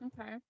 Okay